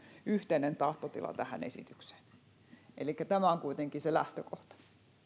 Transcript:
yhteinen tahtotila tähän esitykseen elikkä tämä on kuitenkin se lähtökohta